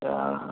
ఆ